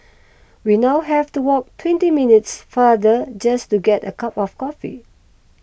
we now have to walk twenty minutes farther just to get a cup of coffee